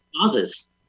causes